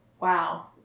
wow